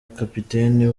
kapiteni